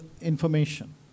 information